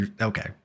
Okay